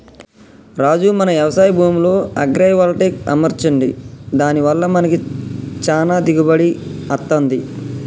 రాజు మన యవశాయ భూమిలో అగ్రైవల్టెక్ అమర్చండి దాని వల్ల మనకి చానా దిగుబడి అత్తంది